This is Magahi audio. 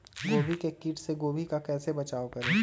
गोभी के किट से गोभी का कैसे बचाव करें?